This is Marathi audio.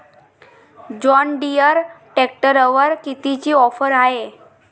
जॉनडीयर ट्रॅक्टरवर कितीची ऑफर हाये?